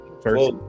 First